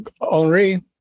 Henri